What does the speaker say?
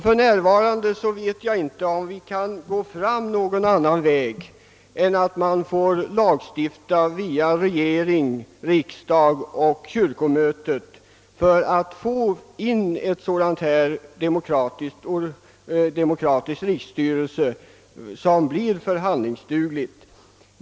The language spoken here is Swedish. För närvarande vet jag inte om vi kan gå fram någon annan väg än att genom lagstiftning via regering, riksdag och kyrkomöte tillskapa en sådan här demokratisk riksstyrelse som blir förhandlingsduglig.